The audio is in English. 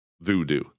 voodoo